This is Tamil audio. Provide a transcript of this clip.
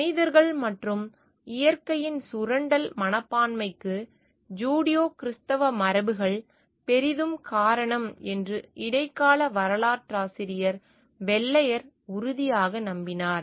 மனிதர்கள் மற்றும் இயற்கையின் சுரண்டல் மனப்பான்மைக்கு ஜூடியோ கிறித்துவ மரபுகள் பெரிதும் காரணம் என்று இடைக்கால வரலாற்றாசிரியர் வெள்ளையர் உறுதியாக நம்பினார்